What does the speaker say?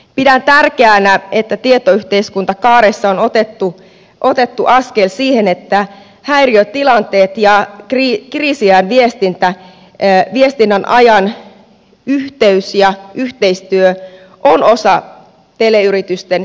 pidän tärkeänä että tietoyhteiskuntakaaressa on otettu askel siihen että häiriötilanteet ja kriisiajan viestinnän yhteistyö ovat osa teleyritysten yhteistä toimintaa